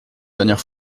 dernière